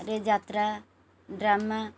ରେ ଯାତ୍ରା ଡ୍ରାମା